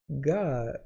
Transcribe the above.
God